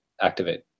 activate